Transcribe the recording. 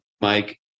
mike